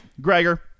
Gregor